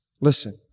Listen